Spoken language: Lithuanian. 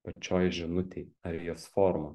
pačioj žinutėj ar jos formoj